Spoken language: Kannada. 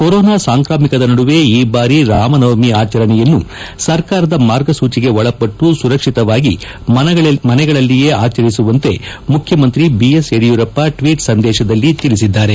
ಕೊರೋನಾ ಸಾಂಕ್ರಾಮಿಕದ ನಡುವೆ ಈ ಬಾರಿ ರಾಮ ನವಮಿ ಆಚರಣೆಯನ್ನು ಸರ್ಕಾರದ ಮಾರ್ಗಸೂಚಿಗೆ ಒಳಪಟ್ಟು ಸುರಕ್ಷಿತವಾಗಿ ಮನೆಗಳಲ್ಲಿಯೇ ಆಚರಿಸುವಂತೆ ಮುಖ್ಖಮಂತ್ರಿ ಬಿಎಸ್ ಯಡಿಯೂರಪ್ಪ ಟ್ವೀಟ್ ಸಂದೇಶದಲ್ಲಿ ತಿಳಿಸಿದ್ದಾರೆ